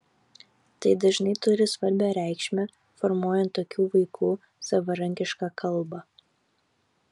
tai dažnai turi svarbią reikšmę formuojant tokių vaikų savarankišką kalbą